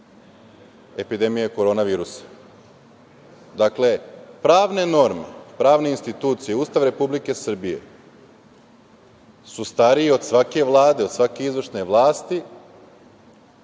epidemije korona virusa. Dakle, pravne norme, pravne institucije, Ustav Republike Srbije su stariji od svake vlade, svake izvršne vlasti,